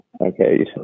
okay